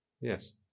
Yes